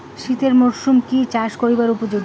শীতের মরসুম কি চাষ করিবার উপযোগী?